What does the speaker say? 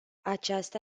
aceasta